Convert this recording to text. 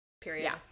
Period